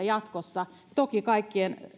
jatkossa toki kaikkien